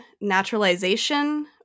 naturalization